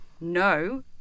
No